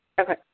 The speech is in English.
Okay